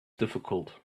difficult